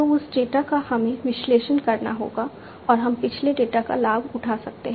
तो उस डेटा का हमें विश्लेषण करना होगा और हम पिछले डेटा का लाभ उठा सकते हैं